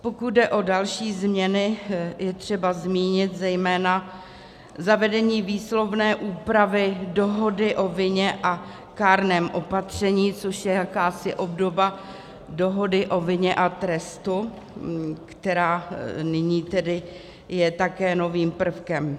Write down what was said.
Pokud jde o další změny, je třeba zmínit zejména zavedení výslovné úpravy dohody o vině a kárném opatření, což je jakási obdoba dohody o vině a trestu, která nyní tedy je také novým prvkem.